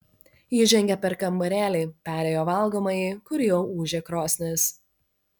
ji žengė per kambarėlį perėjo valgomąjį kur jau ūžė krosnis